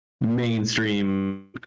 mainstream